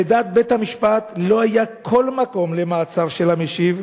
לדעת בית-המשפט לא היה כל מקום למעצר של המשיב,